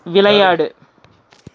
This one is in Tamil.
விளையாடு